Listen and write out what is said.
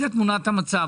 זה תמונת המצב,